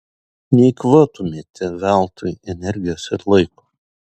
neeikvotumėte veltui energijos ir laiko